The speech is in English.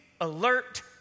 alert